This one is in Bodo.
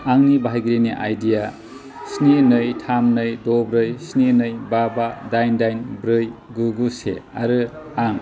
आंनि बाहायगिरिनि आइडि आ स्नि नै थाम नै द ब्रै स्नि नै बा बा दाइन दाइन ब्रै गु गु से आरो आं